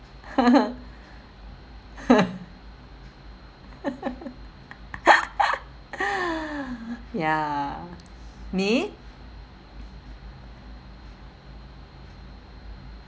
ya me